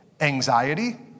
anxiety